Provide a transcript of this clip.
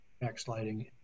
backsliding